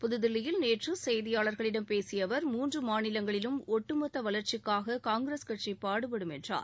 புதுதில்லியில் நேற்று செய்தியாளர்களிடம் பேசிய அவர் மூன்று மாநிலங்களிலும் ஒட்டுமொத்த வளர்ச்சிக்காக காங்கிரஸ் கட்சி பாடுபடும் என்றார்